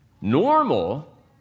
Normal